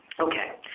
okay,